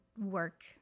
work